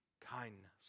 kindness